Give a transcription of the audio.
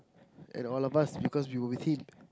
and all of us because we were with him